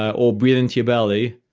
or breath into your belly,